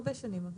הרבה שנים.